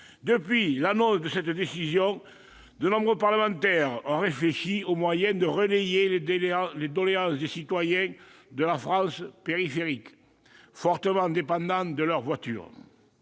Depuis l'annonce de cette décision, de nombreux parlementaires ont réfléchi aux moyens de relayer les doléances des citoyens de la « France périphérique », fortement dépendants de leurs voitures.